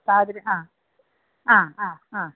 സാഹചര്യം ആ ആ ആ ആ